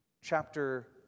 chapter